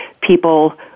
people